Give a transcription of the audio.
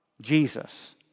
Jesus